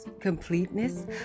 completeness